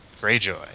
Greyjoy